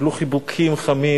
קיבלו חיבוקים חמים